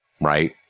right